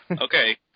Okay